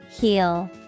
Heal